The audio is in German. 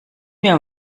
mir